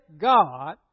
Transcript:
God